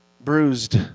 bruised